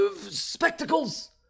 spectacles